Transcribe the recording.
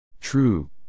True